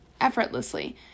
effortlessly